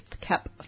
cap